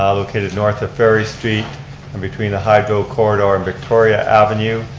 um located north of ferry street in between the hydro corridor and victoria avenue.